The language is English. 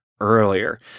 earlier